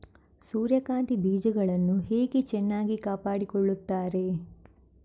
ಸೂರ್ಯಕಾಂತಿ ಬೀಜಗಳನ್ನು ಹೇಗೆ ಚೆನ್ನಾಗಿ ಕಾಪಾಡಿಕೊಳ್ತಾರೆ?